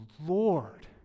Lord